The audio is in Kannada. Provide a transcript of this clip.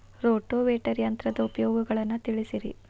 ರೋಟೋವೇಟರ್ ಯಂತ್ರದ ಉಪಯೋಗಗಳನ್ನ ತಿಳಿಸಿರಿ